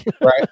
Right